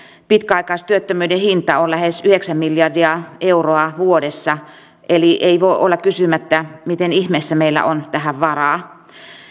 pitkäaikaistyöttömyyden hinta on lähes yhdeksän miljardia euroa vuodessa eli ei voi olla kysymättä miten ihmeessä meillä on tähän varaa